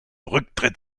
rücktritt